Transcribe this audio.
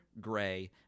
Gray